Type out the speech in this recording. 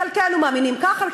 חלקנו מאמינים כך,